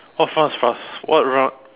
what fast fast what run